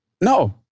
No